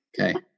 okay